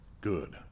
Good